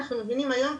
אנחנו מבינים היום,